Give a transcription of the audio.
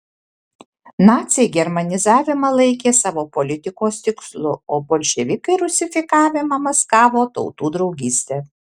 naciai germanizavimą laikė savo politikos tikslu o bolševikai rusifikavimą maskavo tautų draugyste